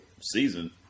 Season